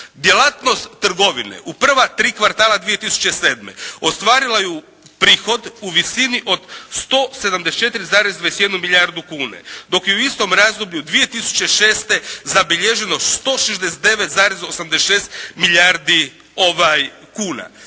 Djelatnost trgovine u prva tri kvartala 2007. ostvarila je prihod u visini od 174,21 milijardu kuna, dok je u istom razdoblju 2006. zabilježeno 169,86 milijardi kuna.